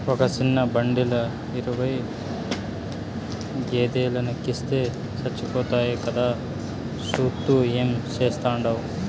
ఒక సిన్న బండిల ఇరవై గేదేలెనెక్కిస్తే సచ్చిపోతాయి కదా, సూత్తూ ఏం చేస్తాండావు